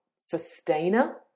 sustainer